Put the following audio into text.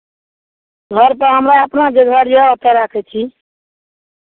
घरपर हमरा अपना जे घर यए ओतहु राखै छी